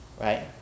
right